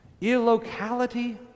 Illocality